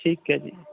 ਠੀਕ ਹੈ ਜੀ